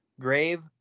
grave